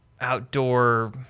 outdoor